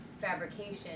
fabrication